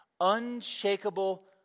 unshakable